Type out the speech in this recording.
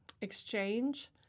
exchange